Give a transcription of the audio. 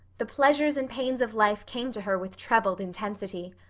the pleasures and pains of life came to her with trebled intensity.